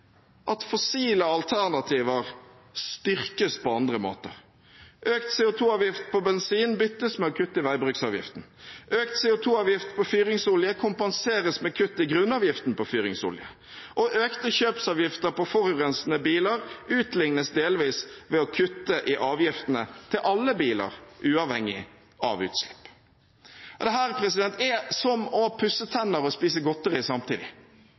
at fossile alternativer styrkes på andre måter: Økt CO 2 -avgift på bensin byttes med å kutte i veibruksavgiften, økt CO 2 -avgift på fyringsolje kompenseres med kutt i grunnavgiften på fyringsolje, og økte kjøpsavgifter på forurensende biler utlignes delvis ved å kutte i avgiftene til alle biler, uavhengig av utslipp. Dette er som å pusse tenner og spise godteri samtidig.